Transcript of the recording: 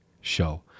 show